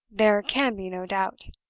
there can be no doubt,